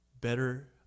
better